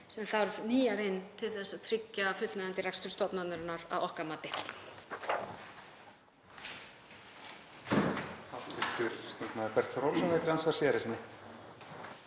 sem þarf nýjar inn til að tryggja fullnægjandi rekstur stofnunarinnar að okkar mati.